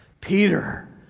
Peter